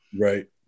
right